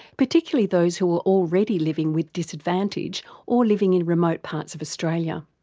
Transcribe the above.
particularly those who are already living with disadvantage or living in remote parts of australia,